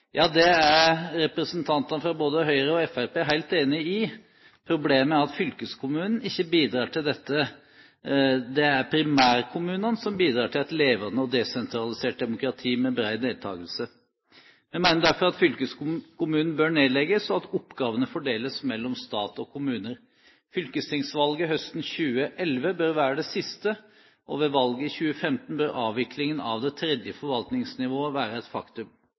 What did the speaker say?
Ja, det er representantene fra både Høyre og Fremskrittspartiet helt enig i. Problemet er at fylkeskommunen ikke bidrar til dette. Det er primærkommunene som bidrar til et levende og desentralisert demokrati med bred deltakelse. Jeg mener derfor at fylkeskommunen bør nedlegges, og at oppgavene fordeles mellom stat og kommune. Fylkestingsvalget høsten 2011 bør være det siste, og ved valget i 2015 bør avviklingen av det tredje forvaltningsnivået være et faktum.